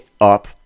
up